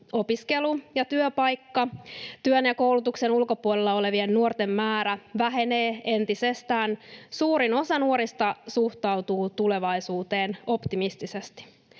opiskelu- ja työpaikka. Työn ja koulutuksen ulkopuolella olevien nuorten määrä vähenee entisestään. Suurin osa nuorista suhtautuu tulevaisuuteen optimistisesti.